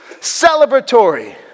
celebratory